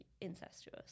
incestuous